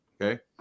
Okay